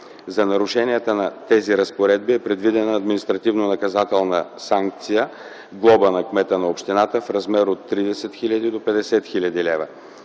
За нарушенията на тези разпоредби е предвидена административно-наказателна санкция – глоба на кмета на общината в размер от 30 хил. до 50 хил. лв.